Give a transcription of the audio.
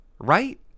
right